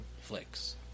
Flicks